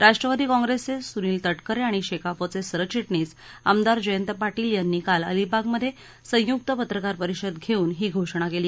राष्ट्रवादी काँप्रेसचे सुनील तटकरे आणि शेकापचे सरचिटणीस आमदार जयंत पाटील यांनी काल अलिबागमध्ये संयुक्त पत्रकार परिषद घेऊन ही घोषणा केली